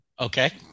Okay